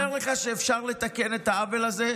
ואני אומר לך שאפשר לתקן את העוול הזה.